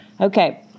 Okay